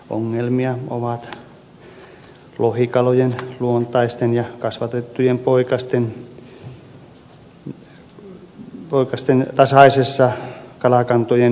ongelmia ovat lohikalojen luontaisten ja kasvatettujen poikasten tasaisessa kalakantojen kierrossa